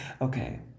okay